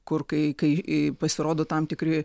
kur kai kai pasirodo tam tikri